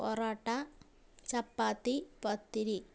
parotta chapati പത്തിരി